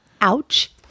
ouch